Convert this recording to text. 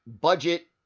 budget